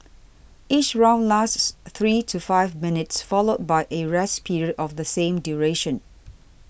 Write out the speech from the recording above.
each round lasts three to five minutes followed by a rest period of the same duration